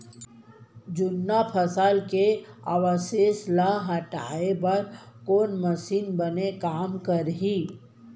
जुन्ना फसल के अवशेष ला हटाए बर कोन मशीन बने काम करही?